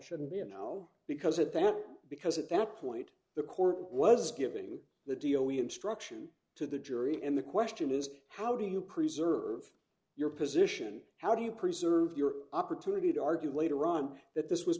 shouldn't be a now because at that because at that point the court was giving the deal we instruction to the jury and the question is how do you preserve your position how do you preserve your opportunity to argue later on that this was